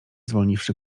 zwolniwszy